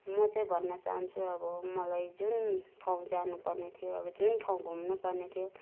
म चाहिँ भन्न चाहन्छु अब मलाई जुन ठाउँ जानु पर्ने थियो अब जुन ठाउँ घुम्नु पर्ने थियो